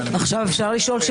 אפשר לשאול עכשיו.